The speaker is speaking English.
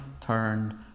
turned